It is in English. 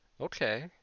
Okay